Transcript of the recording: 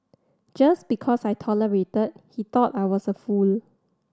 just because I tolerated he thought I was a fool